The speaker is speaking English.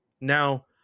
Now